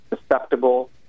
susceptible